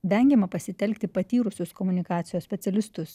vengiama pasitelkti patyrusius komunikacijos specialistus